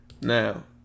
Now